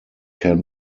can